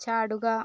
ചാടുക